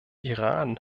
iran